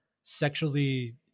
sexually